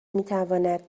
میتواند